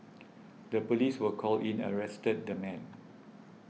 the police were called in and arrested the man